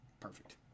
Perfect